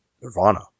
Nirvana